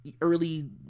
early